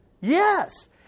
Yes